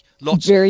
Lots